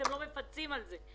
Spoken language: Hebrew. אתם לא מפצים על זה.